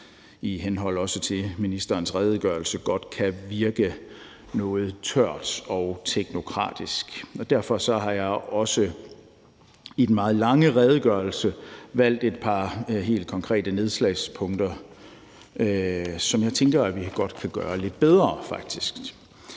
i henhold til ministerens redegørelse, godt kan virke noget tørt og teknokratisk. Derfor har jeg også i den meget lange redegørelse valgt et par helt konkrete nedslagspunkter, som jeg tænker at vi faktisk godt kan gøre lidt bedre.